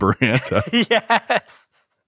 Yes